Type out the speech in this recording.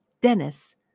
Dennis